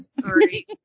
Sorry